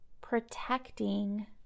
protecting